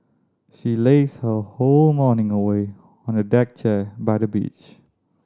she lazed her whole morning away on a deck chair by the beach